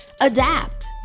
adapt